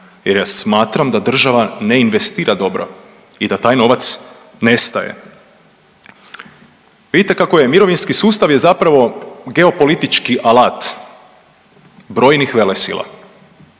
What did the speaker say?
jer ja smatram da država ne investira dobro i da taj novac nestaje. Vidite kako je, mirovinski sustav je zapravo geopolitički alat brojnih velesila.